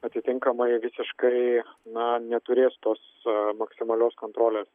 atitinkamai visiškai na neturės tos maksimalios kontrolės